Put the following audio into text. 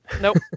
nope